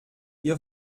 ihr